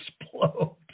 explode